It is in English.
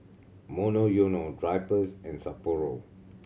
Monoyono Drypers and Sapporo